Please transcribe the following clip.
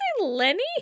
Lenny